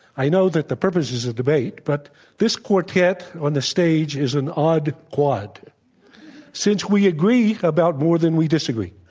i know that the purpose is a debate, but this quartet on the stage is an odd quad since we agree about more than we disagree.